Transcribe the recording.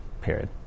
period